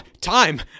Time